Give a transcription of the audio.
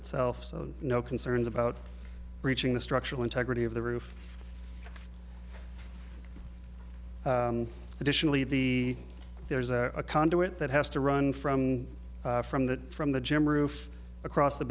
itself so no concerns about breaching the structural integrity of the roof additionally the there is a conduit that has to run from from the from the gym roof across the